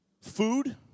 Food